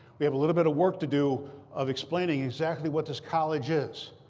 we have a little bit of work to do of explaining exactly what this college is.